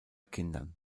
kindern